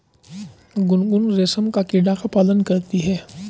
गुनगुन रेशम का कीड़ा का पालन करती है